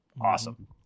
awesome